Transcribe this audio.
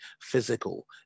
physical